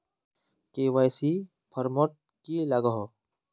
KYC format की लागोहो?